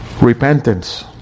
Repentance